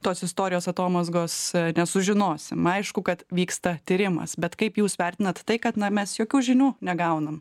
tos istorijos atomazgos nesužinosim aišku kad vyksta tyrimas bet kaip jūs vertinate tai kad na mes jokių žinių negaunam